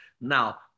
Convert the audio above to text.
Now